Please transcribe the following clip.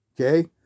okay